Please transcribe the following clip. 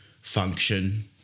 function